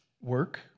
Work